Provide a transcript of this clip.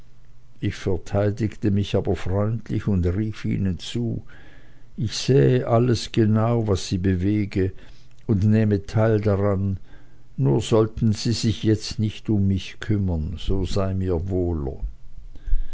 ich verteidigte mich aber freundlich und rief ihnen zu ich sähe alles genau was sie bewege und nähme teil daran nur sollten sie sich jetzt nicht um mich kümmern so sei mir wohler